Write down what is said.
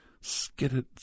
skidded